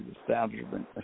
establishment